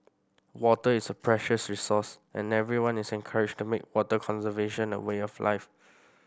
water is a precious resource and everyone is encouraged to make water conservation a way of life